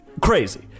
Crazy